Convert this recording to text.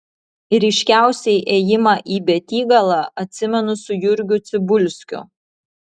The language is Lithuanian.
ryškiausiai ėjimą į betygalą atsimenu su jurgiu cibulskiu